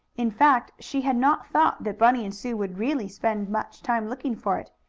in fact, she had not thought that bunny and sue would really spend much time looking for it.